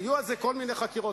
היו על זה כל מיני חקירות,